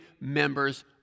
members